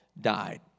died